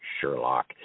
Sherlock